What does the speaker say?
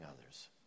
others